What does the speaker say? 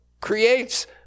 creates